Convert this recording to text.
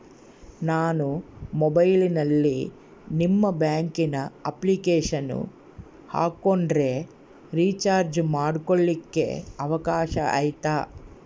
ನಾನು ಮೊಬೈಲಿನಲ್ಲಿ ನಿಮ್ಮ ಬ್ಯಾಂಕಿನ ಅಪ್ಲಿಕೇಶನ್ ಹಾಕೊಂಡ್ರೆ ರೇಚಾರ್ಜ್ ಮಾಡ್ಕೊಳಿಕ್ಕೇ ಅವಕಾಶ ಐತಾ?